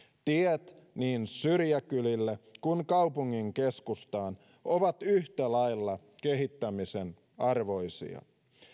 tiet niin syrjäkylille kuin kaupungin keskustaan ovat yhtä lailla kehittämisen arvoisia